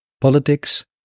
politics